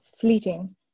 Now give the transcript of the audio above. fleeting